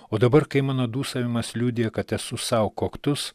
o dabar kai mano dūsavimas liudija kad esu sau koktus